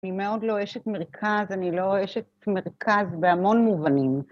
אני מאוד לא אשת מרכז, אני לא אשת מרכז בהמון מובנים.